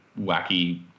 wacky